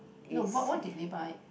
no what what did they buy